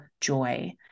joy